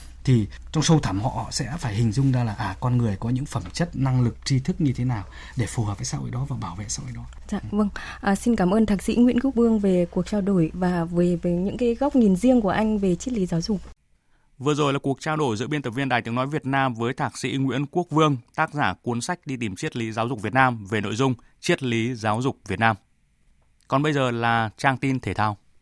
Thì trong sâu thẳm họ sẽ phải hình dung ra là, à, con người có những phẩm chất, năng lực, tri thức như thế nào để phù hợp với xã hội đó và bảo vệ xã hội đó. Dạ, vâng. Ừ. À, xin cảm ơn Thạc sĩ Nguyễn Quốc Vương về cuộc trao đổi và về- về những cái góc nhìn riêng của anh về triết lý giáo dục. Vừa rồi là cuộc trao đổi giữa biên tập viên Đài Tiếng Nói Việt Nam với Thạc sĩ Nguyễn Quốc Vương, tác giả cuốn sách Đi tìm triết lý giáo dục Việt Nam về nội dung Triết lý giáo dục Việt Nam. Còn bây giờ là trang tin thể thao.